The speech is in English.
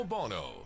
Bono